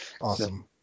Awesome